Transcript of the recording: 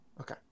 Okay